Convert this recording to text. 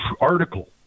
article